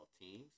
Teams